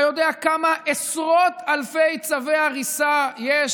אתה יודע כמה עשרות אלפי צווי הריסה יש